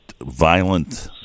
violent